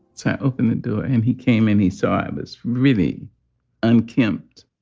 so open the door. and he came and he saw i was really unkempt.